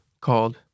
called